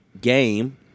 game